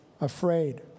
afraid